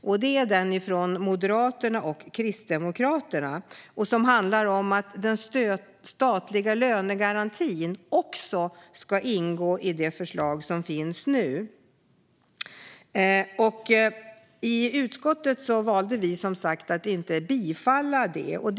Det är reservationen från Moderaterna och Kristdemokraterna. Den handlar om att den statliga lönegarantin också ska ingå i det förslag som nu finns. I utskottet valde vi att inte tillstyrka det.